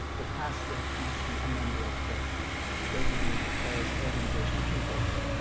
the pastor must be a member of the designated terrorist organization pkk,